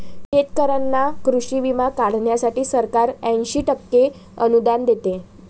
शेतकऱ्यांना कृषी विमा काढण्यासाठी सरकार ऐंशी टक्के अनुदान देते